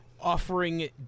Offering